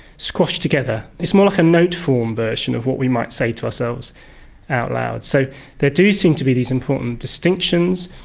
squashed together. it's more like a note form version of what we might say to ourselves out loud. so there do seem to be these important distinctions,